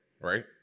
right